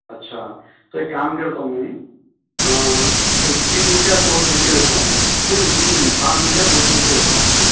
اچھا تو ایک کام کرتا ہوں میں ایک تین دن کا کورس لکھ کے دیتا ہوں نہیں نہیں تین دن پانچ دن کا کورس لکھ کے دیتا ہوں آپ کو